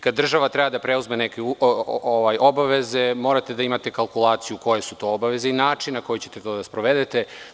Kada država treba da preuzme neke obaveze, morate da imate kalkulaciju koje su to obaveze i način na koji ćete to da sprovedete.